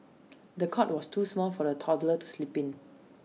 the cot was too small for the toddler to sleep in